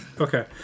okay